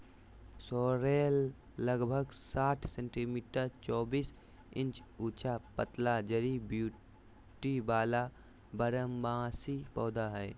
sorrel लगभग साठ centimetre चौबीस इंच ऊंचा पतला जड़ी बूटी वाला बारहमासी पौधा हइ